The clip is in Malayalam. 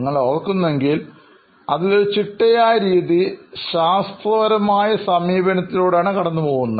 നിങ്ങൾ ഓർക്കുന്നു ഉണ്ടെങ്കിൽ അതിൽ ഒരു ചിട്ടയായ രീതി ശാസ്ത്രപരമായ സമീപനത്തിലൂടെയാണു കടന്നുപോകുന്നത്